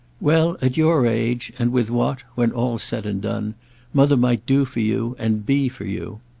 well, at your age, and with what when all's said and done mother might do for you and be for you.